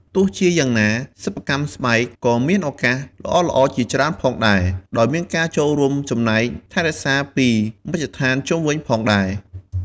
ទោះជាយ៉ាងណា សិប្បកម្មស្បែកក៏មានឱកាសល្អៗជាច្រើនផងដែរ ដោយមានការចូលរួមចំណែកថែរក្សាពីមជ្ឃដ្ឋានជុំវិញផងដែរ។